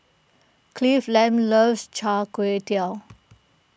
Cleveland loves Char Kway Teow